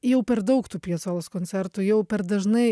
jau per daug tų piacolos koncertų jau per dažnai